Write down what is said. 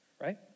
right